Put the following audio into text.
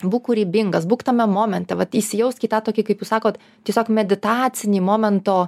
būk kūrybingas būk tame momente vat įsijausk į tą tokį kaip jūs sakot tiesiog meditacinį momento